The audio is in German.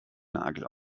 nagel